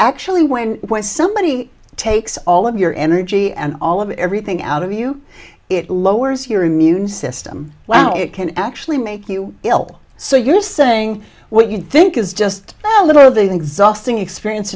actually when somebody takes all of your energy and all of everything out of you it lowers your immune system wow it can actually make you ill so you're saying what you think is just a little